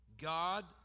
God